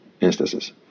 instances